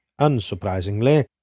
unsurprisingly